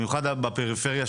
במיוחד בפריפריה,